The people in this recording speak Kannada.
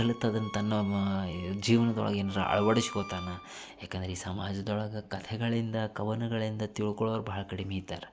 ಕಲ್ತು ಅದನ್ನು ತನ್ನ ಈ ಜೀವನದೊಳ್ಗೆ ಏನರ ಅಳ್ವಡ್ಶ್ಕೋತಾನೆ ಏಕಂದ್ರೆ ಈ ಸಮಾಜದೊಳಗೆ ಕಥೆಗಳಿಂದ ಕವನಗಳಿಂದ ತಿಳ್ಕೊಳೋರು ಬಹಳ ಕಡಿಮೆ ಇದ್ದಾರೆ